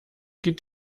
geht